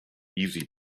easy